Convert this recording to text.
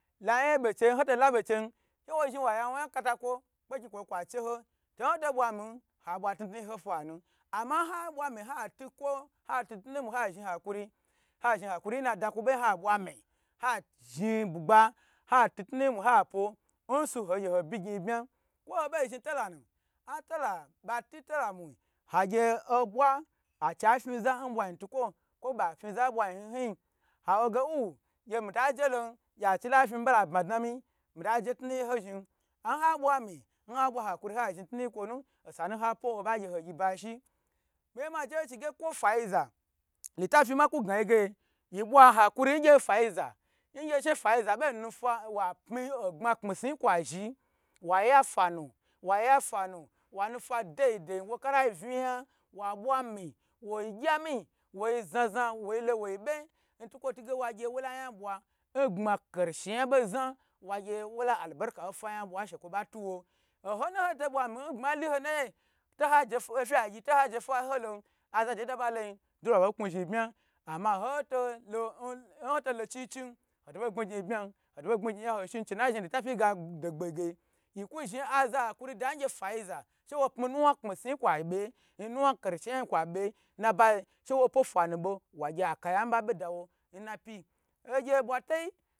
La yan ye be chei n hoto labe chei she wo zhni wa ye wo yan kata kwo kpekni kwa be kwa cheho tu n hoto bwa mi ha bwa tnutnu yi ho bo fa nu ama ha bwa mi hatukwo hatutun mu ha zhni hakuri ha zhin hakuri na da kwo bo yi ha bwa mi ha zhi bugba ati tutu yi mu ha pwo nsu agy ho byi gyn n bya kwolo bo zhni tala na atela bati tela mui agge obwa achi fi za n bwa yin tukwo kwo ba fi za n bwa yi hy hy awo owu gte mita jelon achila fi mi bala bma dna mi mita je tnutun ho zhi nha bwa mi nha hakuri tnutnu yi kwo nu nha pwo hoba gye hogyiba shi miyi maje ho chige kwo fayi za litafi che ku gna yi ge yi bwa hakuri ngye fayi za ngye she fayi za ba nu fa wa pma ogba kpmi suyi kwa zhi waya fanu waya fanu wa nu fa dei dei n waka layi vna wa bwa wogya mi woi zna zna woi lo woi be ntukwo tige wagye wola yan bwa ngba karshe yan bo za wagye wa arbe rika ofaya yan bwa n shekwo ba tuwo nho nhoto bwa mi n gbmali ho nnayi to haje ofye toha je fayi lon aze ye da ba lo yi dole ba knu zhi n bma ama oho to lo un chi chin hotobogbni gyn nbma n yan ho sho chena zhi litafi ga dogboge yiku zhn aza hakuri da ngye fayi za she wo pmi nuwa kpmi suyi kwa be n nuwa karshe yan yi kwa be na ba yi she wo pwo fanuba wagye akaya nba be dawo n napyi hogye bwatoyi.